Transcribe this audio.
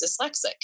dyslexic